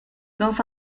dans